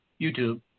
YouTube